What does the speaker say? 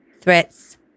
threats